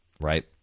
Right